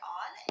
on